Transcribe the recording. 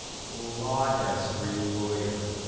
law desk where you lawyer.